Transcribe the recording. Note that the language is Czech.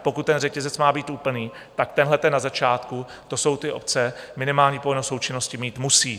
Pokud ten řetězec má být úplný, tak tenhleten na začátku, to jsou ty obce, minimální povinnost součinnosti mít musí.